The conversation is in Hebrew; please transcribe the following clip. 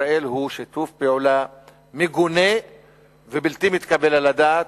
ישראל הוא שיתוף פעולה מגונה ובלתי מתקבל על הדעת.